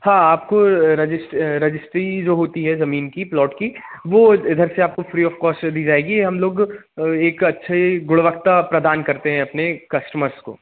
हाँ आपको रजिस रजिस्ट्री जो होती है ज़मीन की प्लॉट की वो इधर से आपको फ़्री ऑफ़ कॉस्ट से दी जाएगी हम लोग एक अच्छी गुणवक्ता प्रदान करते हैं अपने कस्टमर्स को